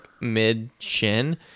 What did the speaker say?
mid-chin